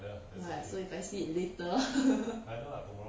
what so if I see it later